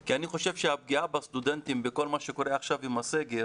אני חושב שהפגיעה בסטודנטים בכל מה שקורה עכשיו עם הסגר